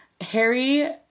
Harry